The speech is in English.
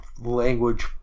language